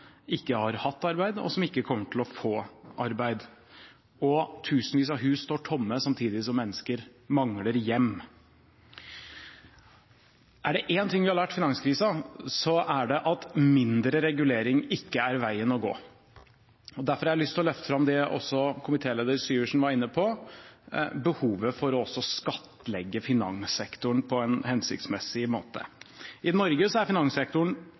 ikke har hatt arbeid, og som ikke kommer til å få arbeid. Tusenvis av hus står tomme samtidig som mennesker mangler hjem. Er det én ting vi har lært av finanskrisen, så er det at mindre regulering ikke er veien å gå. Derfor har jeg lyst til å løfte fram det som komitéleder Syversen var inne på: behovet for å skattlegge finanssektoren på en hensiktsmessig måte. I Norge er finanssektoren